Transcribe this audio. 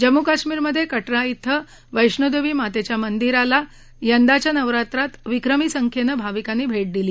जम्मू कश्मीरमधे कटरा श्विल्या वैष्णोदेवी मातेच्या मंदिराला यंदाच्या नवरात्रात विक्रमी संख्येने भाविकांनी भेट दिली